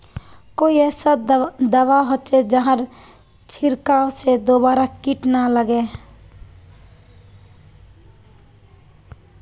कोई ऐसा दवा होचे जहार छीरकाओ से दोबारा किट ना लगे?